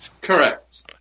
Correct